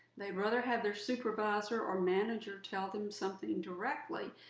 they'd rather have their supervisor or manager tell them something directly,